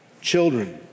children